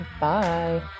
bye